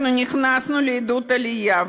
נכנסנו לעידוד עלייה.